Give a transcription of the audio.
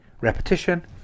repetition